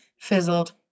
fizzled